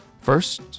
First